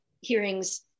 hearings